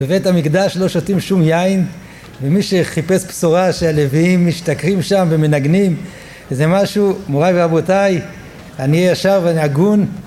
בבית המקדש לא שותים שום יין ומי שחיפש בשורה שהלוויים משכקרים שם ומנגנים זה משהו מוריי ורבותיי אני ישר ואני הגון